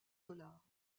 dollars